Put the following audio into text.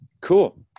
cool